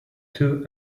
two